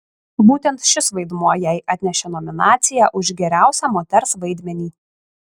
būtent šis vaidmuo jai atnešė nominaciją už geriausią moters vaidmenį